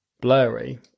blurry